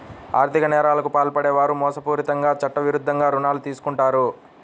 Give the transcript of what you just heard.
ఆర్ధిక నేరాలకు పాల్పడే వారు మోసపూరితంగా చట్టవిరుద్ధంగా రుణాలు తీసుకుంటారు